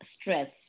stress